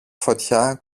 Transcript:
φωτιά